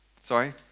Sorry